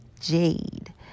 Jade